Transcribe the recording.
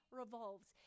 revolves